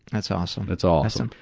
that's awesome. that's awesome.